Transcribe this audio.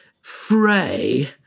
fray